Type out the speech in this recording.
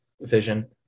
vision